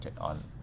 on